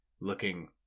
looking